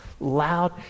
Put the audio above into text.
loud